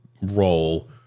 role